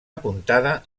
apuntada